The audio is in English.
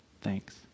thanks